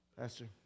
Pastor